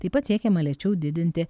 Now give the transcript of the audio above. taip pat siekiama lėčiau didinti